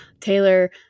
taylor